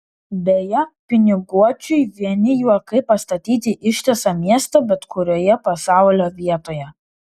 beje piniguočiui vieni juokai pastatyti ištisą miestą bet kurioje pasaulio vietoje